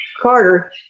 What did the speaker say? Carter